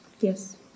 Yes